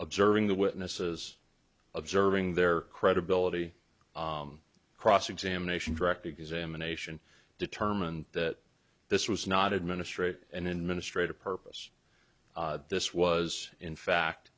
observing the witnesses observing their credibility cross examination direct examination determined that this was not administrative and in ministre to purpose this was in fact